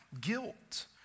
guilt